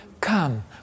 come